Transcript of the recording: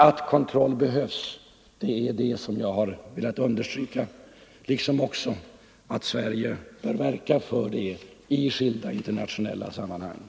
Att kontroll behövs är det som jag har velat understryka, liksom också att Sverige i skilda internationella sammanhang bör verka för tillkomsten av sådan kontroll.